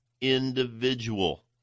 individual